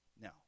Now